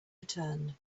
returned